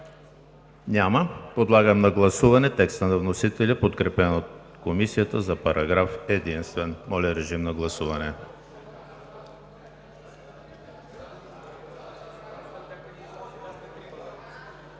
Няма. Подлагам на гласуване текста на вносителя, подкрепен от Комисията, за параграф единствен. Гласували